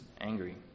angry